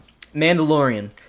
mandalorian